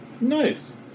nice